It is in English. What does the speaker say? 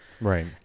Right